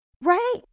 Right